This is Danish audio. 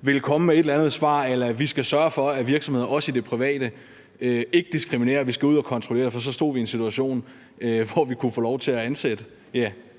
ville komme med et eller andet svar a la: Vi skal sørge for, at virksomheder også i det private ikke diskriminerer; vi skal ud at kontrollere det. For så stod vi en situation, hvor vi kunne få lov til at ansætte